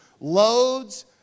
Loads